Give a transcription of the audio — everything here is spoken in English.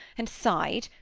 and sighed,